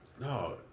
No